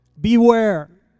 Beware